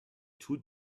too